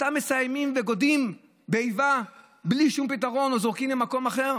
אותה מסיימים וגודעים באיבה בלי שום פתרון או זורקים למקום אחר?